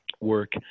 work